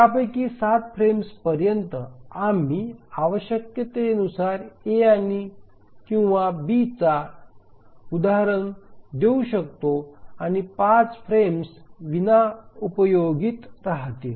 त्यापैकी 7 फ्रेम्स पर्यंत आम्ही आवश्यकतेनुसार A किंवा B चा एक उदाहरण देऊ शकतो आणि 5 फ्रेम्स विना उपयोगित राहतील